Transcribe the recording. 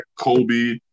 Kobe